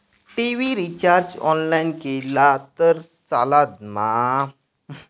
TV recharge online केला तरी चलात मा?